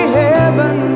heaven